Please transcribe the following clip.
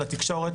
לתקשורת,